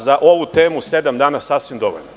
Za ovu temu sedam dana je sasvim dovoljno.